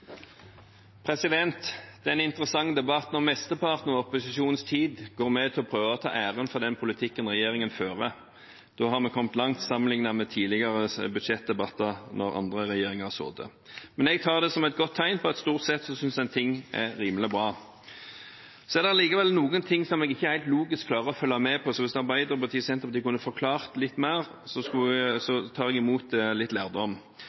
interessant debatt når mesteparten av opposisjonens tid går med til å prøve å ta æren for den politikken regjeringen fører. Da har vi kommet langt sammenlignet med tidligere budsjettdebatter, under andre regjeringer, men jeg tar det som et godt tegn på at en stort sett synes ting er rimelig bra. Det er likevel noen ting som jeg ikke helt logisk klarer å følge med på, så hvis Arbeiderpartiet og Senterpartiet kunne forklart litt mer, tar jeg imot litt lærdom.